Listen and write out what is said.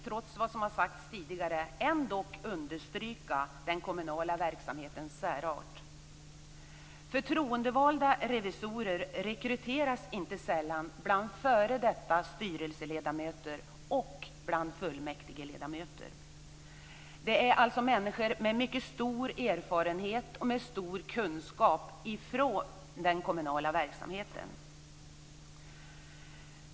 Trots vad som har sagts tidigare vill jag understryka den kommunala verksamhetens särart. Förtroendevalda revisorer rekryteras inte sällan bland f.d. styrelseledamöter och fullmäktigeledamöter. Det är människor med stor erfarenhet av och kunskap om den kommunala verksamheten.